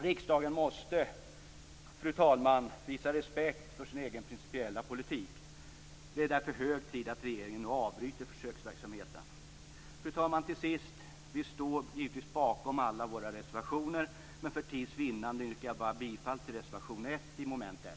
Riksdagen måste, fru talman, visa respekt för sin egen principiella politik. Det är därför hög tid att regeringen nu avbryter försöksverksamheten. Fru talman! Till sist: Vi står givetvis bakom alla våra reservationer, men för tids vinnande yrkar jag bara bifall till reservation 1 under mom. 1.